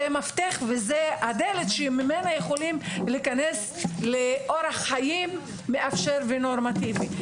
המפתח והדלת שממנה הם יכולים להיכנס לאורך חיים מאפשר ונורמטיבי.